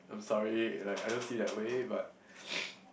I'm sorry like I don't see you that way but